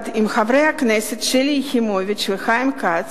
עם חברי הכנסת שלי יחימוביץ וחיים כץ,